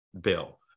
bill